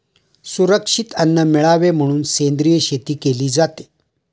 सुरक्षित अन्न मिळावे म्हणून सेंद्रिय शेती केली जाते